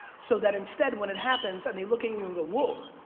so that instead when it happens, and they look at you and go, woah,